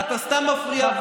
אתה סתם מפריע.